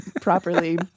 properly